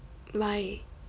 why